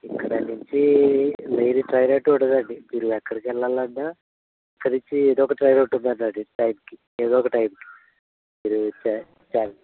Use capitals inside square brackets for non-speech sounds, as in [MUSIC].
ఇక్కడ నుంచి లేని ట్రైన్ అంటూ ఉండదండి మీరు ఎక్కడికి వెళ్ళాలన్నా ఇక్కడ నుంచి ఎదో ఒక ట్రైన్ ఉంటుందండి [UNINTELLIGIBLE] టైంకి ఎదో ఒక టైంకి మీరు [UNINTELLIGIBLE]